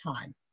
time